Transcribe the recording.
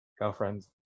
girlfriends